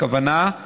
הכוונה היא